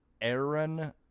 aaron